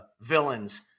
villains